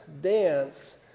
dance